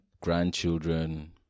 grandchildren